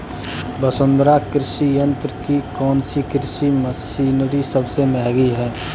वसुंधरा कृषि यंत्र की कौनसी कृषि मशीनरी सबसे महंगी है?